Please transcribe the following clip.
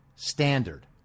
standard